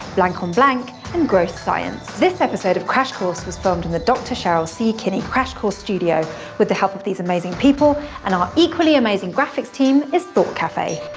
blank on blank, and gross science. this episode of crash course was filmed in the doctor cheryl c. kinney crash course studio with the help of these amazing people and our equally amazing graphics team, is thought cafe.